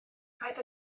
paid